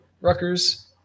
Rutgers